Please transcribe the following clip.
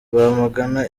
rwamagana